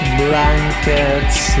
blankets